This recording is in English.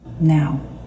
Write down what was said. now